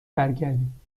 برگردیم